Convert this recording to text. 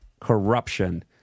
corruption